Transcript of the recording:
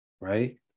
right